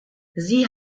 sie